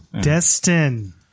Destin